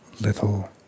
little